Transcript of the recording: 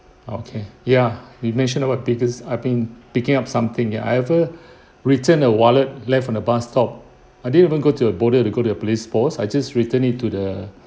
okay ya we mentioned about biggest I think picking up something ya I ever return a wallet left on a bus stop I didn't even go to bother to go to a police post I just return it to the